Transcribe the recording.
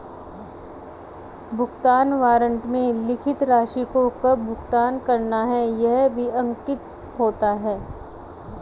भुगतान वारन्ट में लिखी राशि को कब भुगतान करना है यह भी अंकित होता है